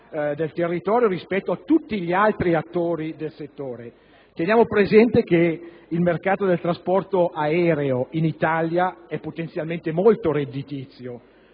sul territorio rispetto a tutti gli altri attori del settore, tenendo presente che il mercato del trasporto aereo in Italia è potenzialmente molto redditizio;